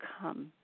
come